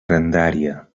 grandària